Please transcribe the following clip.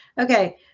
okay